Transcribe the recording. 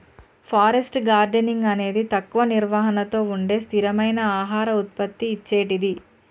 forest gardening అనేది తక్కువ నిర్వహణతో ఉండే స్థిరమైన ఆహార ఉత్పత్తి ఇచ్చేటిది